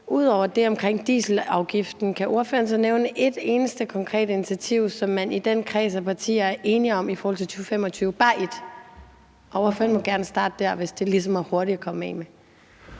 ud over det omkring dieselafgiften så kan nævne et eneste konkret initiativ, som man i den kreds af partier er enige om i forhold til 2025? Det skal bare være et, og ordføreren må gerne starte der, hvis det ligesom er hurtigt at komme af med.